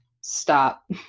stop